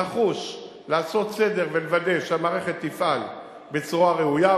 נחוש לעשות סדר ולוודא שהמערכת תפעל בצורה ראויה,